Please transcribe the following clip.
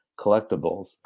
collectibles